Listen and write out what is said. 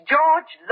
George